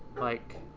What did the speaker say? like,